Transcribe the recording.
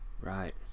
Right